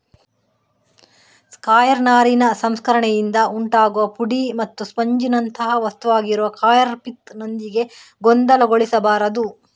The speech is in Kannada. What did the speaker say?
ಕಾಯಿರ್ ನಾರಿನ ಸಂಸ್ಕರಣೆಯಿಂದ ಉಂಟಾಗುವ ಪುಡಿ ಮತ್ತು ಸ್ಪಂಜಿನಂಥ ವಸ್ತುವಾಗಿರುವ ಕಾಯರ್ ಪಿತ್ ನೊಂದಿಗೆ ಗೊಂದಲಗೊಳಿಸಬಾರದು